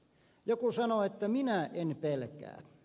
joku sanoo että minä en pelkää